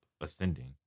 ascending